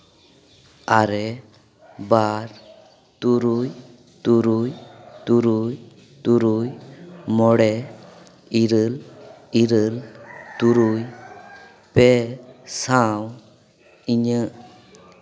ᱟᱨᱮ ᱵᱟᱨ ᱛᱩᱨᱩᱭ ᱛᱩᱨᱩᱭ ᱛᱩᱨᱩᱭ ᱛᱩᱨᱩᱭ ᱢᱚᱬᱮ ᱤᱨᱟᱹᱞ ᱤᱨᱟᱹᱞ ᱛᱩᱨᱩᱭ ᱯᱮ ᱥᱟᱶ ᱤᱧᱟᱹᱜ